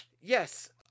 yes